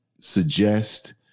suggest